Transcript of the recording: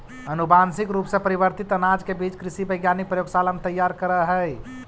अनुवांशिक रूप से परिवर्तित अनाज के बीज कृषि वैज्ञानिक प्रयोगशाला में तैयार करऽ हई